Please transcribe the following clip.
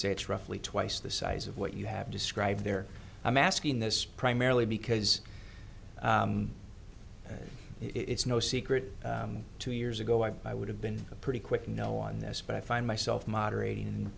say it's roughly twice the size of what you have described there i'm asking this primarily because it's no secret two years ago i would have been a pretty quick no on this but i find myself moderating